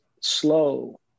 slow